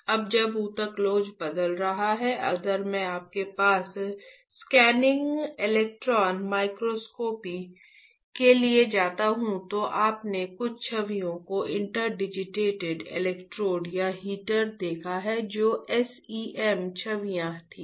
अब जब ऊतक लोच बदल रहा है अगर मैं आपके पास स्कैनिंग इलेक्ट्रॉन माइक्रोस्कोपी के लिए जाता हूं तो आपने कुछ छवियों को इंटरडिजिटेटेड इलेक्ट्रोड या हीटर देखा है जो SEM छवियां थीं